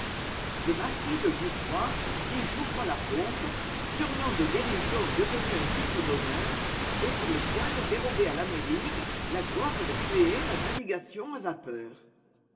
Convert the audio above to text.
le marquis de jouffroy dit jouffroy la pompe surnom de dérision devenu un titre d'honneur est sur le point de dérober à l'amérique la gloire de créer la navigation à vapeur